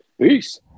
Peace